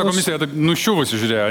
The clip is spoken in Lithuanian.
komisija taip nuščiuvusi žiūrėjo